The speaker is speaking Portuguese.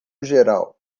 geral